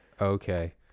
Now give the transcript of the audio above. Okay